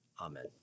Amen